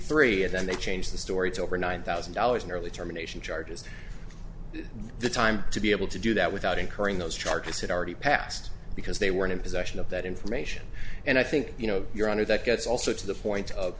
three and then they change the story to over nine thousand dollars in early termination charges the time to be able to do that without incurring those charges had already passed because they were in possession of that information and i think you know your honor that gets also to the point of